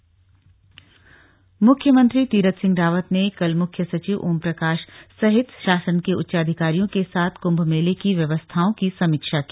मुख्यमंत्री बैठक मुख्यमंत्री तीरथ सिंह रावत ने कल मुख्य सचिव ओम प्रकाश सहित शासन के उच्चाधिकारियों के साथ कुम्भ मेले की व्यवस्थाओं की समीक्षा की